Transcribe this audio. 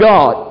God